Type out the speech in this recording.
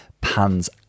pans